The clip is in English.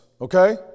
okay